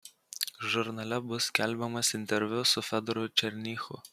žurnale bus skelbiamas interviu su fedoru černychu